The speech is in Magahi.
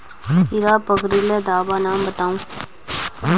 कीड़ा पकरिले दाबा नाम बाताउ?